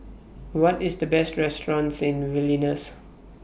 What IS The Best restaurants in Vilnius